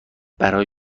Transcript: برای